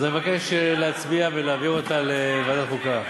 אז אני מבקש להצביע ולהעביר אותה לוועדת חוקה.